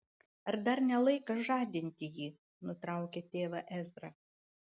ar dar ne laikas žadinti jį nutraukė tėvą ezra